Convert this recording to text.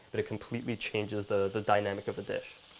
but it completely changes the the dynamic of the dish.